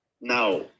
Now